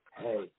hey